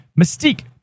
Mystique